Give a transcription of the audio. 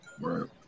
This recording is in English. Right